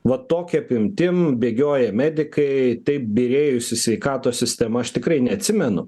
va tokia apimtim bėgioja medikai taip byrėjusi sveikatos sistema aš tikrai neatsimenu